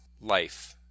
life